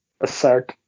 assert